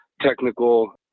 technical